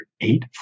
eight